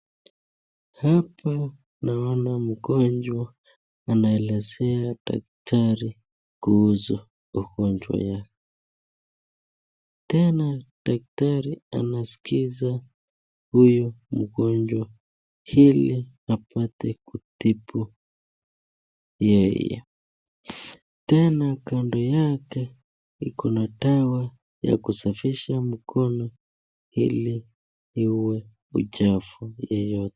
Hapa naona ngonjwa anaelezea daktari kuhusu ugonjwa wake. Tena daktari anaskiza hiyu mgonjwa ili apate kutibu yeye tena kando yake iko na dawa ya kusafisha mkono ili iuwe uchafu yeyote.